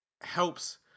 helps